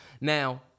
Now